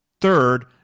Third